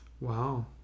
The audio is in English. Wow